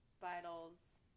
vitals